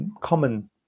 common